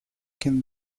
can